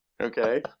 Okay